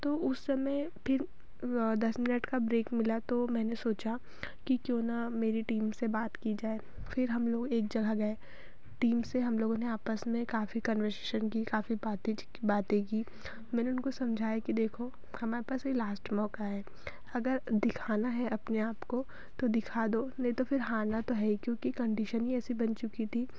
तो उस समय फिर दस मिनट का ब्रेक मिला तो मैंने सोचा कि क्यों न मेरी टीम से बात की जाए फिर हम लोग एक जगह गए टीम से हम लोगों ने आपस में काफ़ी कन्वर्सेशन की काफ़ी बातें ची बातें की मैंने उनको समझाया कि देखो हमारे पास यह लास्ट मौका है अगर दिखाना है अपने आपको तो दिखा दो नहीं तो फिर हारना तो है ही क्योंकि कंडीसन ही ऐसी बन चुकी थी